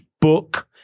book